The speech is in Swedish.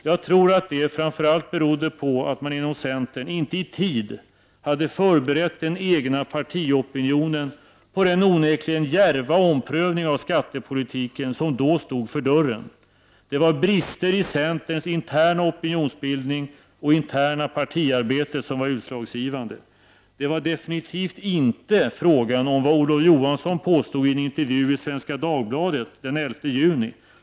Jag tror att det framför allt berodde på att man inom centern inte i tid hade förberett den egna partiopinionen på den onekligen djärva omprövning av skattepolitiken som då stod för dörren. Det var brister i centerns interna opinionsbildning och i centerns interna partiarbete som var utslagsgivande. Det var absolut inte fråga om vad Olof Johansson påstod i en intervju i Svenska Dagbladet den 11 juni.